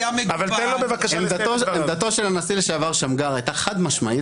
שמימוש הזכות להגדרה עצמית לאומית במדינת ישראל ייחודי לעם היהודי.